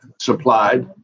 supplied